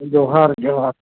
ᱡᱚᱦᱟᱨ ᱡᱚᱦᱟᱨ